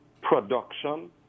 production